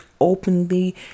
openly